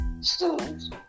students